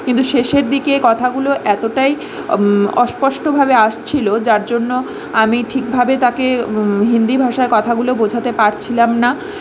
কিন্তু শেষের দিকে কথাগুলো এতটাই অস্পষ্টভাবে আসছিলো যার জন্য আমি ঠিকভাবে তাকে হিন্দি ভাষায় কথাগুলো বোঝাতে পারছিলাম না